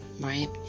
right